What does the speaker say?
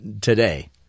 today